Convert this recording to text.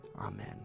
Amen